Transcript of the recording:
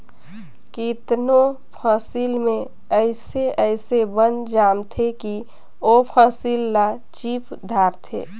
केतनो फसिल में अइसे अइसे बन जामथें कि ओ फसिल ल चीप धारथे